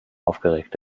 aufgeregt